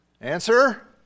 Answer